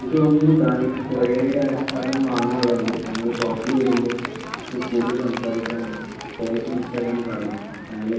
എനിക്ക് തോന്നുന്നു താങ്കൾക്ക് കുറേ സാധനം വാങ്ങാൻ ഉള്ളത് കൊണ്ട് താങ്കൾ ഈ ഷോപ്പിൽ വരുമ്പോൾ നമുക്ക് കൂടുതൽ സംസാരിക്കാനും ക്വാളിറ്റി മനസ്സിലാക്കാനും സാധിക്കും താങ്കൾ